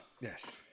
yes